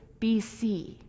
BC